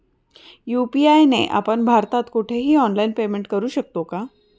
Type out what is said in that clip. UPI ने आपण भारतात कुठेही ऑनलाईन पेमेंट करु शकतो का?